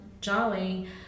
Jolly